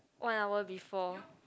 one hour before